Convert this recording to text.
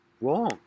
Wrong